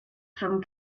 from